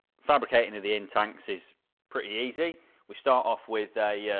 fabricating the in tanks is pretty easy we start off with a yeah